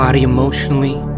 emotionally